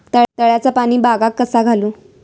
तळ्याचा पाणी बागाक कसा घालू?